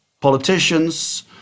politicians